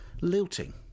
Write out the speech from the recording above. lilting